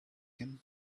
him